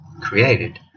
created